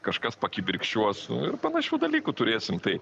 kažkas pakibirkščiuos nu ir panašių dalykų turėsim tai